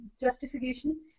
justification